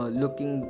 looking